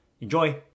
Enjoy